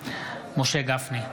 משה גפני,